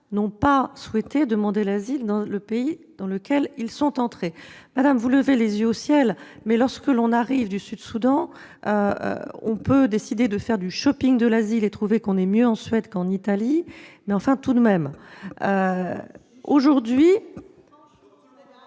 n'ont pas souhaité demander l'asile dans le pays dans lequel ils sont entrés. Madame, vous levez les yeux au ciel, mais lorsqu'on arrive du Soudan du Sud, on peut décider de faire du shopping de l'asile, et trouver qu'on est mieux en Suède qu'en Italie ! Comment osez-vous utiliser